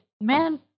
man